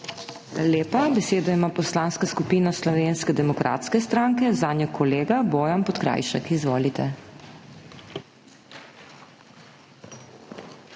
lepa. Besedo ima Poslanska skupina Slovenske demokratske stranke, zanjo kolega Bojan Podkrajšek. Izvolite.